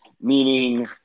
meaning